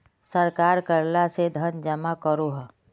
सरकार कर ला से धन जमा करोह